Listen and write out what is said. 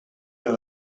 are